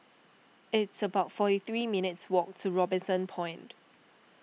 it's about forty three minutes' walk to Robinson Point